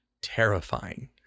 terrifying